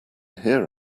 hear